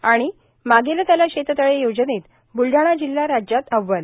आणि मागेल त्याला शेततळे योजनेत ब्लडाणा जिल्हा राज्यात अव्वल